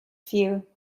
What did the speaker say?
few